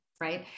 right